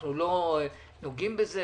ואנחנו לא נוגעים בזה,